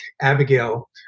Abigail